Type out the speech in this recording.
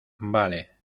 vale